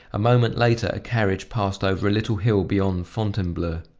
a moment later a carriage passed over a little hill beyond fontainebleau.